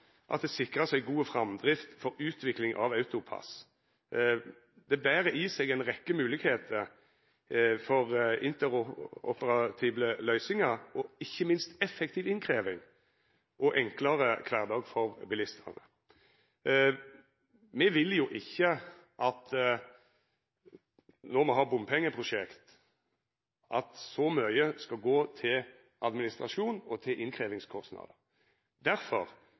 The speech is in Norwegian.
at ein sikrar ei god framdrift for utvikling av AutoPASS. Det ber i seg ei rekkje moglegheiter for interoperatible løysingar og, ikkje minst, effektiv innkrevjing og enklare kvardag for bilistane. Når me har bompengeprosjekt, vil me jo ikkje at mykje skal gå til administrasjon og til innkrevjingskostnader. Derfor